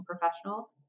professional